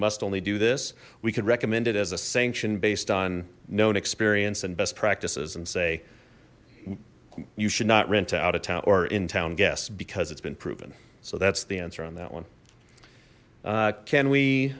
must only do this we could recommend it as a sanction based on known experience and best practices and say you should not rent too out of town or in town guests because it's been proven so that's the answer on that one can we